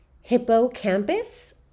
hippocampus